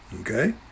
Okay